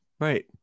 Right